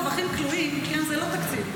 שיהיה ברור, שחוק רווחים כלואים זה לא תקציב.